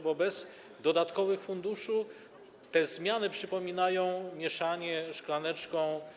Bo bez dodatkowych funduszy te zmiany przypominają mieszanie szklaneczką.